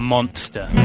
Monster